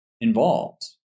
involves